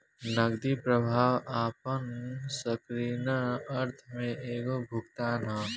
नगदी प्रवाह आपना संकीर्ण अर्थ में एगो भुगतान ह